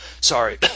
Sorry